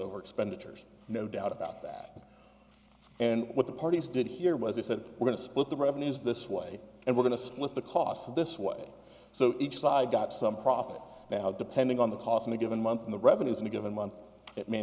over expenditures no doubt about that and what the parties did here was they said we're going to split the revenues this way and we're going to split the cost of this way so each side got some profit now depending on the cost of a given month and the revenues in a given month it may